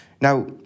Now